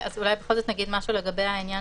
נגיד משהו בכל זאת לעניין